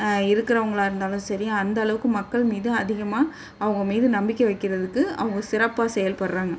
இருக்கிறவங்களா இருந்தாலும் சரி அந்த அளவுக்கு மக்கள் மீது அதிகமாக அவங்க மீது நம்பிக்கை வைக்கிறதுக்கு அவங்க சிறப்பாக செயல்படுறாங்க